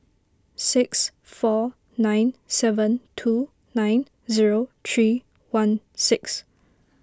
six four nine seven two nine zero three one six